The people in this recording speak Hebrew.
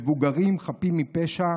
מבוגרים חפים מפשע,